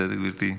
בסדר, גברתי?